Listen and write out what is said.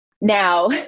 Now